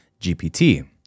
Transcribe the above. GPT